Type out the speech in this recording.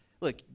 Look